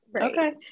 okay